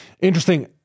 interesting